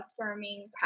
affirming